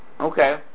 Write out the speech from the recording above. Okay